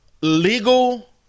legal